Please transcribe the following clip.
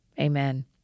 Amen